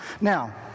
Now